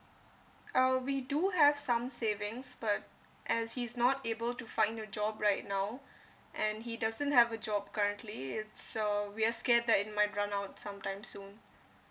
uh we do have some savings but as he's not able to find a job right now and he doesn't have a job currently it's uh we are scared that it might run out sometime soon